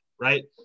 right